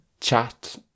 chat